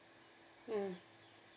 mm